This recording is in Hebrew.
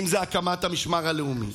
אם זה הקמת המשמר הלאומי,